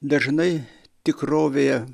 dažnai tikrovėje